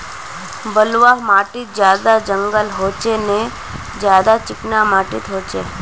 बलवाह माटित ज्यादा जंगल होचे ने ज्यादा चिकना माटित होचए?